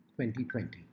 2020